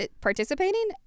participating